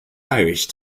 irish